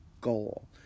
goal